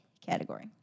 category